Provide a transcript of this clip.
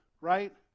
right